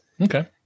Okay